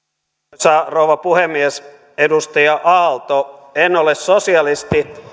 arvoisa rouva puhemies edustaja aalto en ole sosialisti